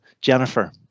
Jennifer